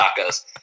Tacos